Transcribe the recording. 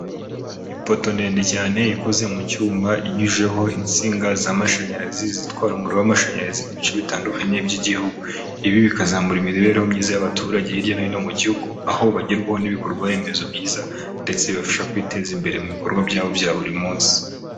Ipoto ndende cyane ikoze mu cyuma, inyujijeho insinga z'amashanyarazi zitwara umuriro w'amashanyarazi mu bice bitandukanye by'igihugu, ibi bikazamura imibereho myiza y'abaturage hirya no hino mu gihugu, aho bagerwaho n'ibikorwa remezo byiza, ndetse bibafasha kwiteza imbere mu bikorwa byabo bya buri munsi.